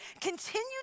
continue